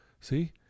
see